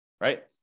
right